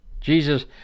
Jesus